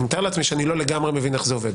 אני מתאר לעצמי שאני לא לגמרי מבין איך זה עובד,